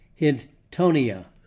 Hintonia